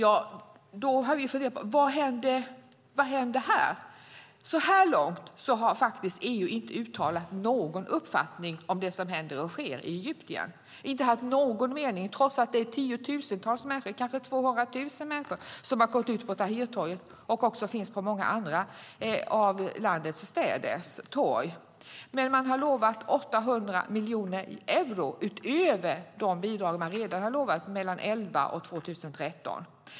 Vi har funderat över vad som händer. Så här långt har EU inte uttalat någon uppfattning om vad som händer och sker i Egypten, inte uttalat någon mening trots att tiotusentals människor, kanske 200 000 människor, har gått ut på Tahrirtorget och finns även på många andra torg i landets städer. EU har lovat 800 miljoner euro utöver de bidrag som redan har utlovats för tiden 2011-2013.